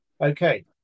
Okay